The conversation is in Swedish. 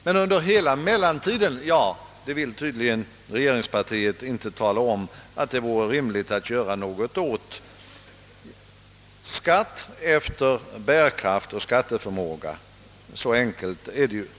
Men under hela mel lantiden anser socialdemokraterna tydligen inte att det är rimligt att göra något åt saken. Skatt efter bärkraft och skatteförmåga — så enkelt är dock vårt krav!